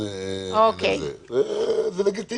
ועדת האתיקה יכולה --- רגע,